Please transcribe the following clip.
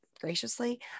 graciously